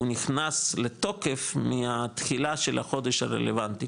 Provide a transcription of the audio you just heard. הוא נכנס לתוקף מהתחילה של החודש הרלוונטי,